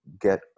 get